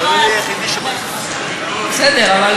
גם התקציב שעבר בסוף 15' כבר לא היה, בסדר, אבל